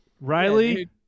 Riley